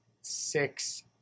six